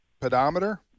pedometer